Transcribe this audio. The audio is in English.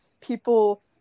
people